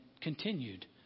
continued